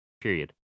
period